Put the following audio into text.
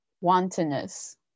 Wantonness